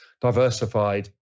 diversified